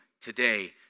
today